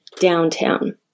downtown